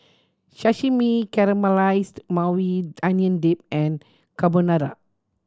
Sashimi Caramelized Maui Onion Dip and Carbonara